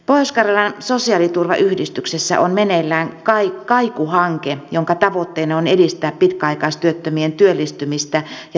pohjois karjalan sosiaaliturvayhdistyksessä on meneillään kaiku hanke jonka tavoitteena on edistää pitkäaikaistyöttömien työllistymistä ja työnhakuvalmiuksia